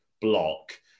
block